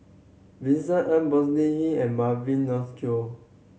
Vincent Ng Bonny Hick and Mavi